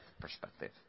perspective